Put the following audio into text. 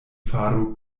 faru